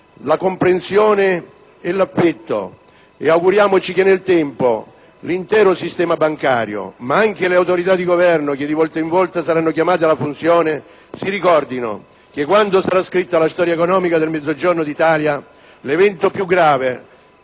comprensione ed affetto. Auguriamoci che nel tempo l'intero sistema bancario, ma anche le autorità di Governo che di volta in volta saranno chiamate alla funzione, si ricordino - quando sarà scritta la storia economica del Mezzogiorno d'Italia - che l'evento più grave è stato